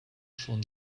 schon